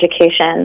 education